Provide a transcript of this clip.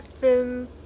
film